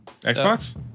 Xbox